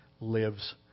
lives